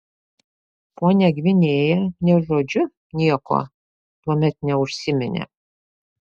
ponia gvinėja nė žodžiu nieko tuomet neužsiminė